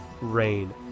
rain